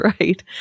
right